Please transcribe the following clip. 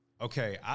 Okay